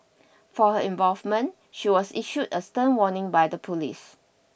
for her involvement she was issued a stern warning by the police